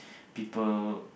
people